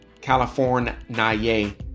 California